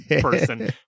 person